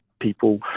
People